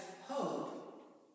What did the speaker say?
hope